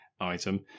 item